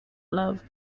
love